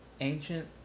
ancient